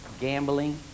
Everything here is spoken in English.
gambling